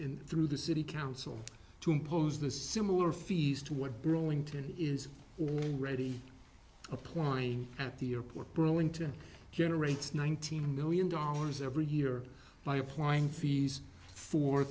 in through the city council to impose the similar fees to what burlington is already applying at the airport burlington generates nineteen million dollars every year by applying fees for